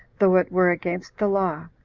though it were against the law,